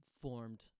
formed